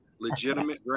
legitimate